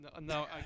No